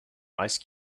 ice